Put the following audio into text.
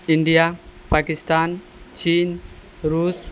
India Pakistan चीन रूस